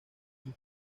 sus